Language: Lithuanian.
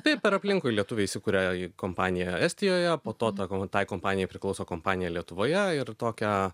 tai per aplinkui lietuviai įsikuria kompaniją estijoje po to ta tai kompanijai priklauso kompanija lietuvoje ir tokią